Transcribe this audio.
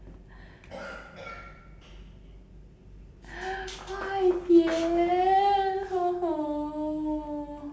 快点